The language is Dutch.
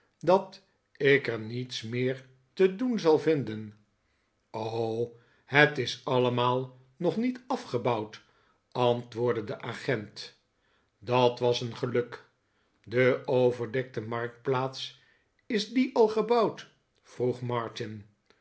dat ik er niets meer te doen zal vinden t o het is allemaal nog niet afgebouwd antwoordde de agent dat was een geluk de overdekte marktplaats is die al gebouwd vroeg martin